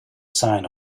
sign